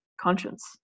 conscience